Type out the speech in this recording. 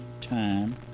time